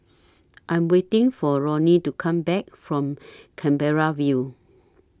I'm waiting For Ronnie to Come Back from Canberra View